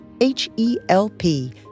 H-E-L-P